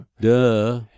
Duh